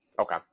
Okay